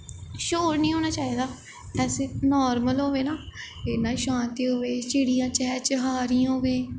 शोर निं होना चाहिदा ऐसे नार्मल होए ना इ'यां शांति होए चिड़ियां चह चहा दियां होए